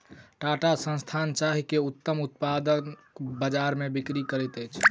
टाटा संस्थान चाय के उत्तम उत्पाद बजार में बिक्री करैत अछि